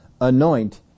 anoint